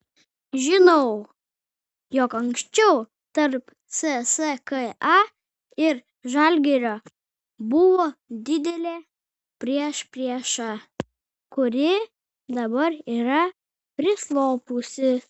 žinau jog anksčiau tarp cska ir žalgirio buvo didelė priešprieša kuri dabar yra prislopusi